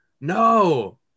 no